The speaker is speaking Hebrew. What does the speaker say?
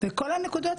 בדיוק.